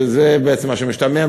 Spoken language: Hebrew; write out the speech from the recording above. זה בעצם מה שמשתמע.